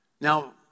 Now